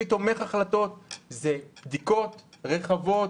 כלי תומך החלטות זה בדיקות רחבות,